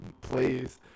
please